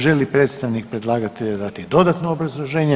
Želi li predstavnik predlagatelja dati dodatno obrazloženje?